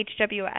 HWS